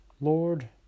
Lord